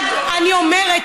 אני אומרת,